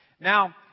Now